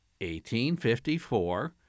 1854